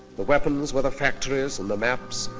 the weapons were the factories and the maps,